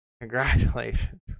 Congratulations